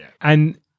and-